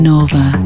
Nova